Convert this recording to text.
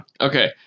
Okay